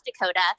Dakota